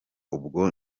ubwo